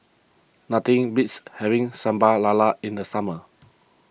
nothing beats having Sambal Lala in the summer